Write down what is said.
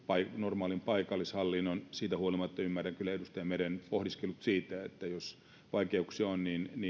normaalin paikallishallinnon siitä huolimatta ymmärrän kyllä edustaja meren pohdiskelut siitä että jos vaikeuksia on niin